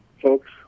Folks